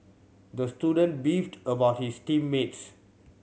the student beefed about his team mates